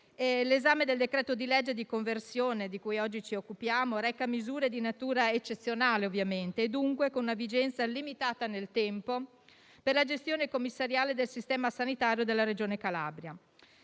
l'esame del disegno di legge di conversione del decreto-legge, di cui oggi ci occupiamo, reca misure di natura eccezionale ovviamente e, dunque, con vigenza limitata nel tempo per la gestione commissariale del sistema sanitario della Regione Calabria.